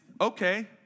okay